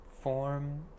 Form